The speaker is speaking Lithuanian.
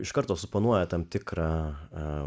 iš karto suponuoja tam tikrą